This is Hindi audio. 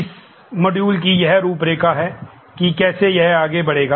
यह मॉड्यूल की रूपरेखा है कि कैसे यह आगे बढ़ेगा